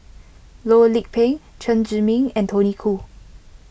Loh Lik Peng Chen Zhiming and Tony Khoo